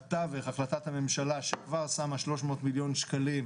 בתווך החלטת הממשלה שכבר שמה 300 מיליון שקלים,